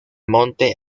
monte